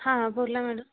हां बोला मॅडम